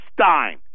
Stein